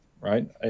right